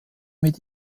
mit